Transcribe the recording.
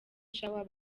shower